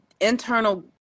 internal